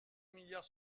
milliards